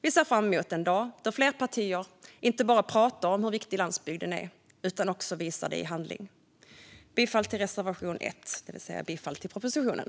Vi ser fram emot den dag då fler partier inte bara pratar om hur viktig landsbygden är utan också visar det i handling. Jag yrkar bifall till reservation 1, det vill säga till propositionen.